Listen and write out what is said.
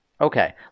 Okay